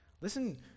Listen